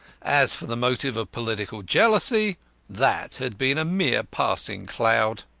as for the motive of political jealousy that had been a mere passing cloud.